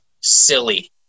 silly